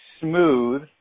smooth